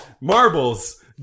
Marbles